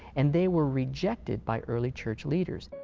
and they were rejected by early church leaders.